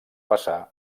passar